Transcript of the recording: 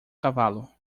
cavalo